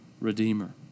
redeemer